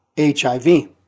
HIV